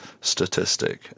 statistic